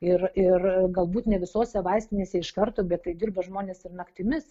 ir ir galbūt ne visose vaistinėse iš karto bet tai dirba žmonės ir naktimis